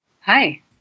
Hi